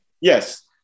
Yes